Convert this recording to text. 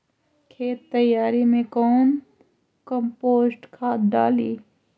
खेत तैयारी मे कौन कम्पोस्ट खाद डाली?